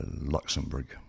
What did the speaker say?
Luxembourg